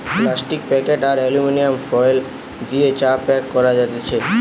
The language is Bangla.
প্লাস্টিক প্যাকেট আর এলুমিনিয়াম ফয়েল দিয়ে চা প্যাক করা যাতেছে